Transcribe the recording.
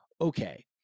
okay